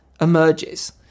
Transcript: emerges